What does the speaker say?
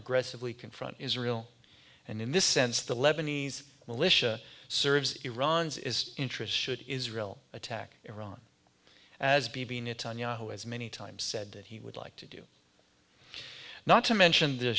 aggressively confront israel and in this sense the lebanese militia serves iran's is interest should israel attack iran as bibi netanyahu has many times said that he would like to do not to mention the